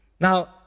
Now